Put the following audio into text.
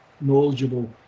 knowledgeable